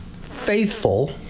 faithful